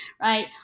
right